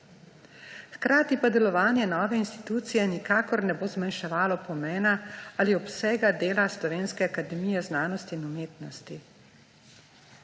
hkrati pa delovanje nove institucije nikakor ne bo zmanjševalo pomena ali obsega dela Slovenske akademije znanosti in umetnosti.